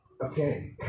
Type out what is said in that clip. okay